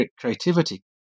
creativity